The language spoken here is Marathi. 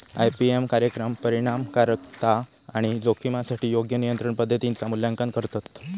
आई.पी.एम कार्यक्रम परिणामकारकता आणि जोखमीसाठी योग्य नियंत्रण पद्धतींचा मूल्यांकन करतत